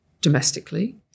domestically